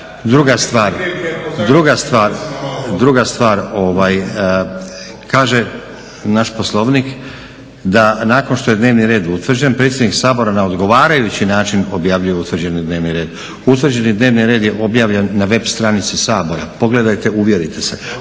Druga stvar, kaže naš Poslovnik da nakon što je dnevni red utvrđen predsjednik Sabora na odgovarajući način objavljuje utvrđeni dnevni red. Utvrđeni dnevni red je objavljen na web stranici Sabora, pogledajte, uvjerite se.